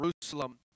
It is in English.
Jerusalem